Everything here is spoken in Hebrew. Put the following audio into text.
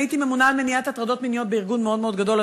הייתי ממונה על מניעת הטרדות מיניות בארגון מאוד מאוד גדול,